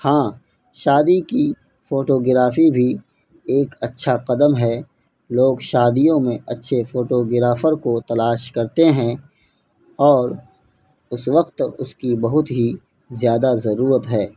ہاں شادی کی فوٹوگرافی بھی ایک اچھا قدم ہے لوگ شادیوں میں اچھے فوٹوگرافر کو تلاش کرتے ہیں اور اس وقت اس کی بہت ہی زیادہ ضرورت ہے